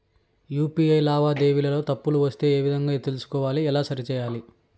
UPI లావాదేవీలలో తప్పులు వస్తే ఏ విధంగా తెలుసుకోవాలి? ఎలా సరిసేయాలి?